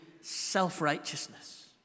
self-righteousness